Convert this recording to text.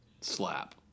slap